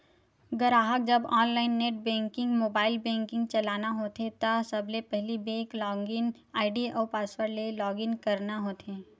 गराहक जब online net banking, mobile banking चलाना होथे त सबले पहिली बेंक लॉगिन आईडी अउ पासवर्ड ले लॉगिन करना होथे